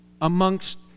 amongst